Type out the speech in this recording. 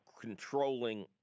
controlling